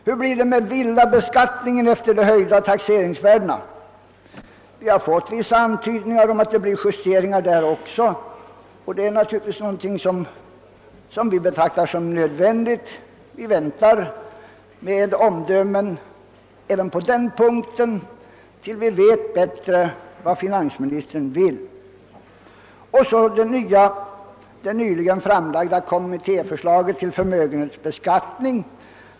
Hur blir det med villabeskattningen efter de höjda taxeringsvärdena? Vi har fått vissa antydningar om att det blir justeringar därvidlag också, och det är naturligtvis någonting som vi betraktar som nödvändigt. Vi väntar med omdömen även på den punkten tills vi bättre vet vad finansministern vill. Så har vi det nyligen framlagda kommittéförslaget till förmögenhetsbeskatt ning.